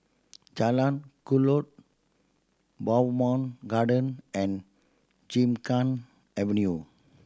Jalan Kelulut Bowmont Garden and Gymkhana Avenue